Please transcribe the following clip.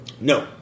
No